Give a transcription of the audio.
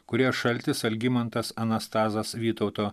kurioje šaltis algimantas anastazas vytauto